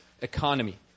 economy